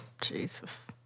Jesus